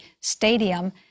stadium